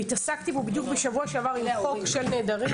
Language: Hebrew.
והתעסקתי פה בשבוע עם חוק של נעדרים